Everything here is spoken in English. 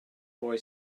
boy